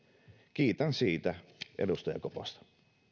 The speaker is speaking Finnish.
kiitän siitä edustaja koposta